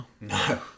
No